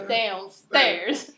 downstairs